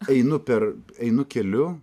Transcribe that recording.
einu per einu keliu